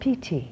PT